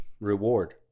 reward